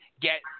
get